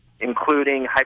including